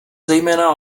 zejména